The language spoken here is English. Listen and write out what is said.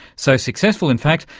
so successful in fact,